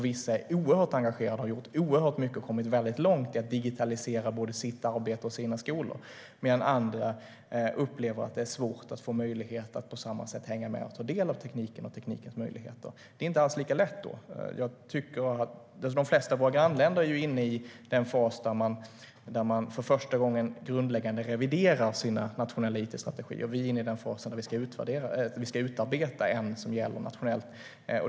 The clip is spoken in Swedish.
Vissa är oerhört engagerade och har kommit långt för att digitalisera sitt arbete och sina skolor, medan andra upplever att det är svårt att hänga med och ta del av tekniken och teknikens möjligheter. De flesta av våra grannländer är inne i den fas där man för första gången reviderar sin nationella it-strategi. Vi är nu inne i den fas när vi ska utarbeta en nationell strategi.